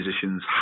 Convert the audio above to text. positions